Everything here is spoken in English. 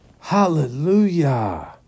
Hallelujah